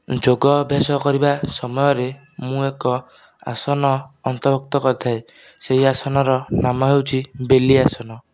ଯୋଗ ଅଭ୍ୟାସ କରିବା ସମୟରେ ମୁଁ ଏକ ଆସନ ଅନ୍ତଭୃକ୍ତ କରିଥାଏ ସେହି ଆସନର ନାମ ହେଉଛି ବେଲିଆସନ